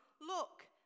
Look